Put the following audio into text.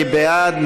מי בעד?